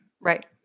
Right